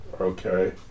okay